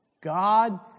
God